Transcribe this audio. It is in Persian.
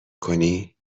کنی